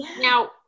Now